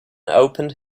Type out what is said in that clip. opened